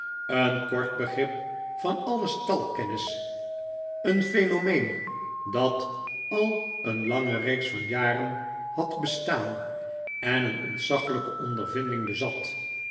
een kort begrip van alle stalkennis een phenomeen dat al een lange reeks van jaren had bestaan en een ontzaglijke ondervinding bezat